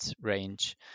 range